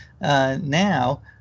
now